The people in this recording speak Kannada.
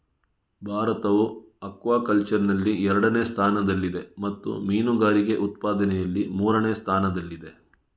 ಭಾರತವು ಅಕ್ವಾಕಲ್ಚರಿನಲ್ಲಿ ಎರಡನೇ ಸ್ಥಾನದಲ್ಲಿದೆ ಮತ್ತು ಮೀನುಗಾರಿಕೆ ಉತ್ಪಾದನೆಯಲ್ಲಿ ಮೂರನೇ ಸ್ಥಾನದಲ್ಲಿದೆ